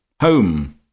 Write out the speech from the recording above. Home